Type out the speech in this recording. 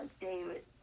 David